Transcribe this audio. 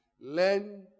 learn